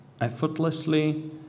effortlessly